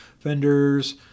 vendors